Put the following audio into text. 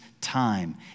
time